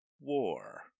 war